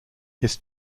his